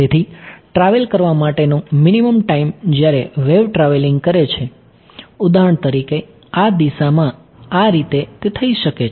તેથી ટ્રાવેલ કરવા માટેનો મિનિમમ ટાઈમ જ્યારે વેવ ટ્રાવેલિંગ કરે છે ઉદાહરણ તરીકે આ દિશામાં આ રીતે તે થઈ શકે છે